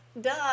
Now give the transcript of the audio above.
duh